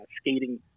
skating